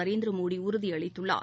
நரேந்திர மோடி உறுதி அளித்துள்ளார்